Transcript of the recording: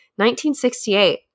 1968